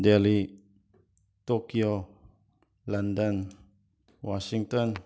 daily Tokyo London Washington